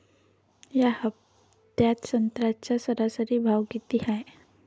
या हफ्त्यात संत्र्याचा सरासरी भाव किती हाये?